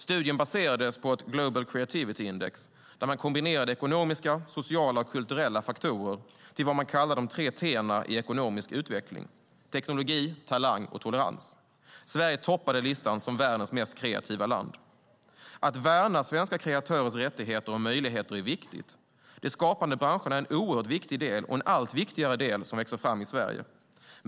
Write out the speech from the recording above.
Studien baserades på ett Global Creativity Index där man kombinerade ekonomiska, sociala och kulturella faktorer till vad man kallar de tre t:na i ekonomisk utveckling - teknologi, talang och tolerans. Sverige toppade listan som världens mest kreativa land. Att värna svenska kreatörers rättigheter och möjligheter är viktigt. De skapande branscherna är en oerhört viktig, och en allt viktigare, del som växer i Sverige.